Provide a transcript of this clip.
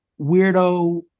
weirdo